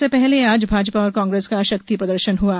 उससे पहले आज भाजपा और कांग्रेस का शक्ति प्रदर्शन हुआ